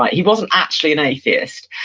but he wasn't actually an atheist,